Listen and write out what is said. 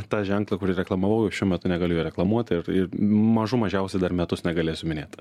tą ženklą kurį reklamavau šiuo metu negaliu jo reklamuoti ir mažų mažiausiai dar metus negalėsiu minėti